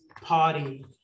party